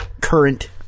current